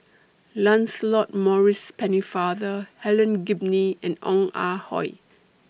Lancelot Maurice Pennefather Helen Gilbey and Ong Ah Hoi